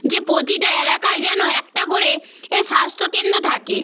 যে প্রতিটা এলাকায় যেন একটা করে এ স্বাস্থ্যকেন্দ্র থাকে